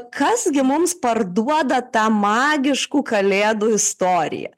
kas gi mums parduoda tą magiškų kalėdų istoriją